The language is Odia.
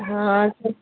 ହଁ